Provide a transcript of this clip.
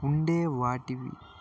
ఉండేవాటివి